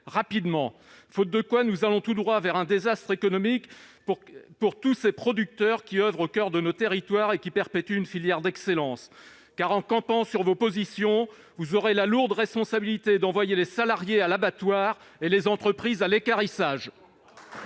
légumes, faute de quoi nous allons tout droit vers un désastre économique pour tous ces producteurs qui oeuvrent au coeur de nos territoires et qui perpétuent une filière d'excellence. En campant sur vos positions, vous aurez la lourde responsabilité d'envoyer les salariés à l'abattoir et les entreprises à l'équarrissage